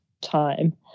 time